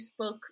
facebook